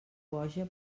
boja